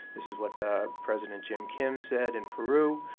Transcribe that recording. this is what president jim kim said in peru